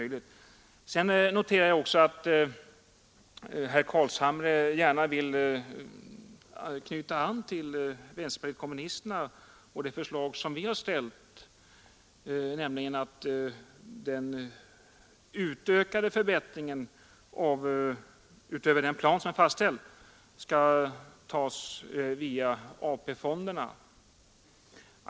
Jag noterar också att herr Carlshamre gärna vill knyta an till vänsterpartiet kommunisterna och det förslag som vi har iagt fram, nämligen att den utökade förbättringen, utöver den plan som är fastställd, skall tas via AP-fonderna.